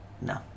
No